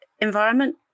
environment